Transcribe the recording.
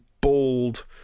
bald